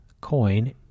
coin